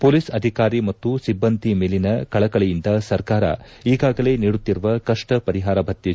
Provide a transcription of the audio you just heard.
police ಅಧಿಕಾರಿ ಮತ್ತು ಸಿಬ್ಲಂದಿ ಮೇಲಿನ ಕಳಕಳಿಯಿಂದ ಸರ್ಕಾರ ಈಗಾಗಲೇ ನೀಡುತ್ತಿರುವ ಕಪ್ಸ ಪರಿಹಾರ ಭತ್ತೆ